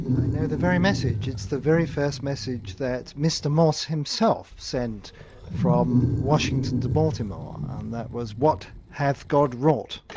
i know the very message. it's the very first message that mr. morse himself sent from washington to baltimore, and that was what hath god wrought.